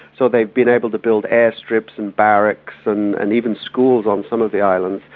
so they've been able to build airstrips and barracks and and even schools on some of the islands.